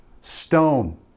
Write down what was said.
stone